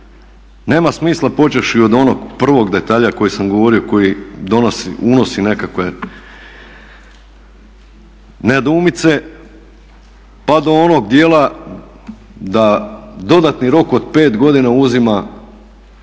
Nema smisla počevši od onog prvog detalja koji sam govorio koji unosi nekakve nedoumice pa do onog dijela da dodatni rok od 5 godina uzima